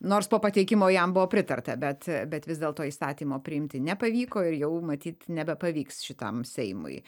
nors po pateikimo jam buvo pritarta bet bet vis dėl to įstatymo priimti nepavyko ir jau matyt nebepavyks šitam seimui